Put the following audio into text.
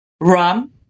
rum